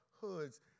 hoods